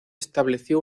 estableció